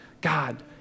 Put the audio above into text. God